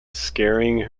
scaring